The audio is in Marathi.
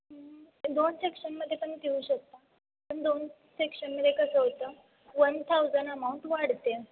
दोन सेक्शनमध्ये पण घेऊ शकता पण दोन सेक्शनमध्ये कसं होतं वन थाउजंड अमाऊंट वाढते